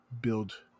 build